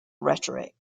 rhetoric